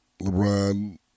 LeBron